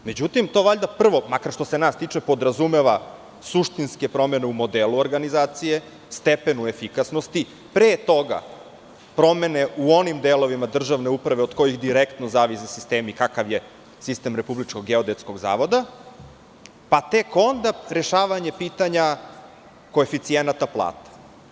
Međutim, to valjda prvo, makar što se nas tiče, podrazumeva suštinske promene u modelu organizacije, stepenu efikasnosti, pre toga, promene u onim delovima državne uprave od kojih direktno zavise sistemi kakav je sistem Republičkog geodetskog zavoda, pa tek onda rešavanje pitanja koeficijenata plate.